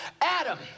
adam